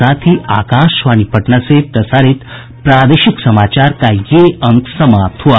इसके साथ ही आकाशवाणी पटना से प्रसारित प्रादेशिक समाचार का ये अंक समाप्त हुआ